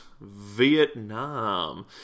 Vietnam